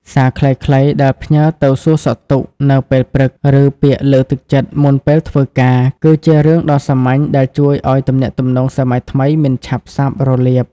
សារខ្លីៗដែលផ្ញើទៅសួរសុខទុក្ខនៅពេលព្រឹក ឬពាក្យលើកទឹកចិត្តមុនពេលធ្វើការ គឺជារឿងដ៏សាមញ្ញដែលជួយឱ្យទំនាក់ទំនងសម័យថ្មីមិនឆាប់សាបរលាប។